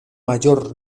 mayor